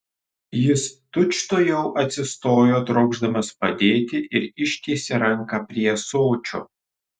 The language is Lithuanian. jis tučtuojau atsistojo trokšdamas padėti ir ištiesė ranką prie ąsočio